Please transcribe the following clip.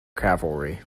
cavalry